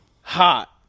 Hot